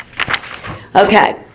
Okay